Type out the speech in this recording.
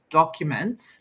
documents